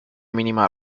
mínima